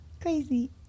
Crazy